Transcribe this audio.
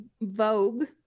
Vogue